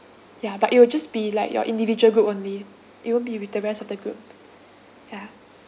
yeah but it will just be like your individual group only it won't be with the rest of the group yeah